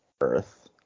earth